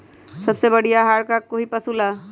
सबसे बढ़िया आहार का होई पशु ला?